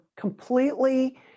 completely